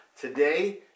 Today